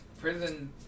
prison